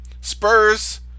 Spurs